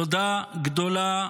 תודה גדולה,